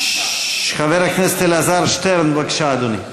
חבר הכנסת אלעזר שטרן, בבקשה, אדוני.